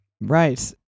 Right